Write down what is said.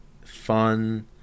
fun